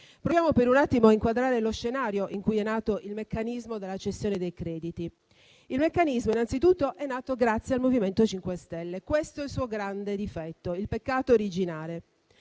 Proviamo per un attimo ad inquadrare lo scenario in cui è nato il meccanismo della cessione dei crediti. Il meccanismo innanzitutto è nato grazie al MoVimento 5 Stelle. Questo è il suo grande difetto, il peccato originale.